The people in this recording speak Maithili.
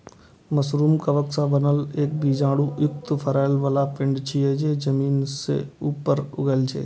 मशरूम कवक सं बनल एक बीजाणु युक्त फरै बला पिंड छियै, जे जमीन सं ऊपर उगै छै